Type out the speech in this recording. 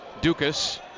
Dukas